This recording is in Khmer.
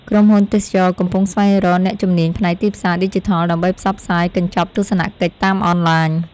ក្រុមហ៊ុនទេសចរណ៍កំពុងស្វែងរកអ្នកជំនាញផ្នែកទីផ្សារឌីជីថល ដើម្បីផ្សព្វផ្សាយកញ្ចប់ទស្សនកិច្ចតាមអនឡាញ។